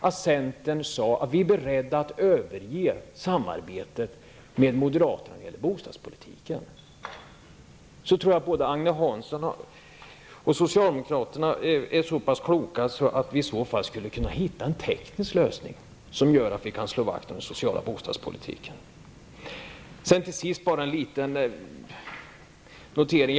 Om centern sade sig vara beredd att överge samarbetet med moderaterna när det gäller bostadspolitiken, skulle både Agne Hansson och socialdemokraterna -- det är jag alldeles övertygad om -- vara så pass kloka att det gick att komma fram till en teknisk lösning som innebär att vi kan slå vakt om den sociala bostadspolitiken. Till sist bara en liten kommentar.